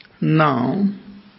Now